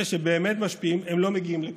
אלה שבאמת משפיעים, לא מגיעים לכאן,